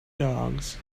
dogs